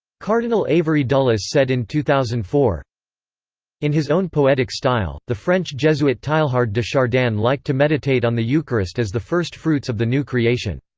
cardinal avery dulles said in two thousand and four in his own poetic style, the french jesuit teilhard de chardin liked to meditate on the eucharist as the first fruits of the new creation.